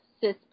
cis